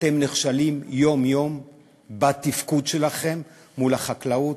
ואתם נכשלים יום-יום בתפקוד שלכם מול החקלאות,